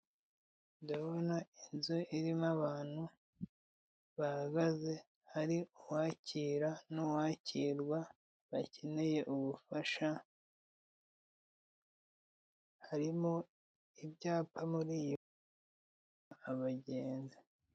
Ndabona inzu irimo abantu bahagaze hari uwakira n'uwakirwa, my bakeneye ubufasha harimo ibyapa muri iyo abagenzi.